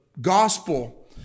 gospel